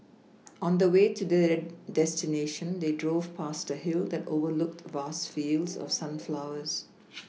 on the way to their destination they drove past a hill that overlooked vast fields of sunflowers